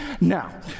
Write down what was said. now